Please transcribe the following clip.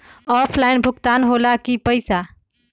Offline भुगतान हो ला कि पईसा?